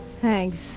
Thanks